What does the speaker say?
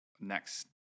next